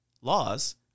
laws